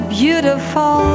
beautiful